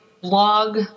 blog